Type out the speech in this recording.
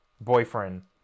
boyfriend